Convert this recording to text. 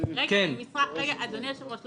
אדוני היושב-ראש,